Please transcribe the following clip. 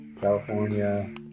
california